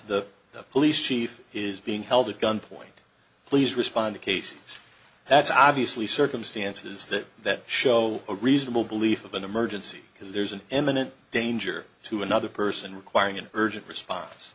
the police chief is being held at gunpoint please respond to cases that's obviously circumstances that show a reasonable belief of an emergency because there's an imminent danger to another person requiring an urgent response